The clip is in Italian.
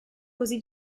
così